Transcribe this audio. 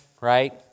right